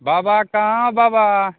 बाबा कहाँ बाबा